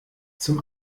zum